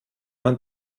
man